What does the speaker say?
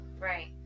Right